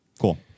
Cool